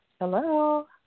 Hello